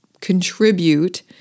contribute